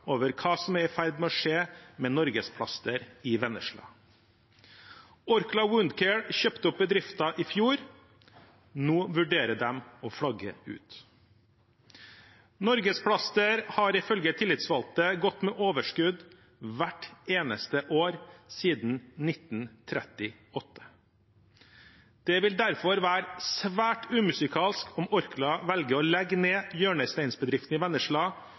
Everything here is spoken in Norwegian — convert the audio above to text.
over hva som er i ferd med å skje med Norgesplaster i Vennesla. Orkla Wound Care kjøpte opp bedriften i fjor. Nå vurderer de å flagge ut. Norgesplaster har ifølge tillitsvalgte gått med overskudd hvert eneste år siden 1938. Det vil derfor være svært umusikalsk om Orkla velger å legge ned hjørnesteinsbedriften i Vennesla